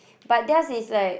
but theirs is like